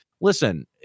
listen